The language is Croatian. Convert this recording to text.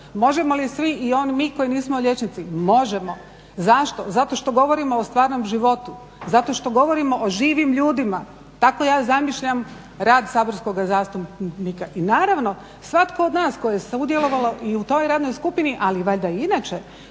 Možemo li svi i mi koji nismo liječnici, možemo. Zašto? Zato što govorimo o stvarnom životu, zato što govorimo o živim ljudima, tako ja zamišljam rad Saborskoga zastupnika i naravno svatko od nas koji je sudjelovao i u toj radnoj skupini ali valjda i inače